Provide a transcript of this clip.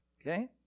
okay